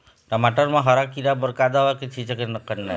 टमाटर म हरा किरा बर का दवा के छींचे करना ये?